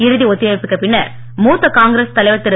இறுதி ஒத்திவைப்புக்குப் பின்னர் மூத்த காங்கிரஸ் தலைவர் திரு